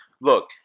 look